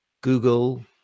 Google